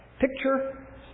picture